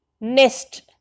Nest